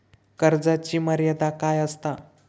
कर्जाची मर्यादा काय असता?